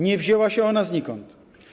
Nie wzięła się ona znikąd.